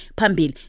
pambil